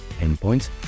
endpoints